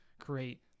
create